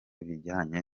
ibijyanye